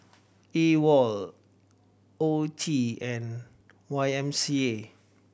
AWOL O T and Y M C A